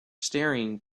staring